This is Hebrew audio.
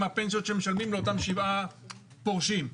מהפנסיות שמשלמים לאותם שבעה פורשים.